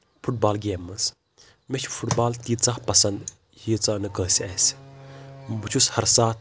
fit بال گیمہِ منٛز مےٚ چھِ فٹ بال تیٖژَہ پسنٛد ییٖژَہ نہٕ کٲنٛسہِ آسہِ بہٕ چھُس ہر ساتہٕ